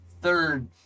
Third